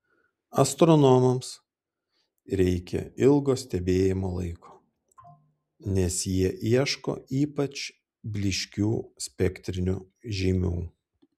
astronomams reikia ilgo stebėjimo laiko nes jie ieško ypač blyškių spektrinių žymių